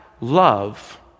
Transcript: love